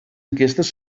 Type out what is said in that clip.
enquestes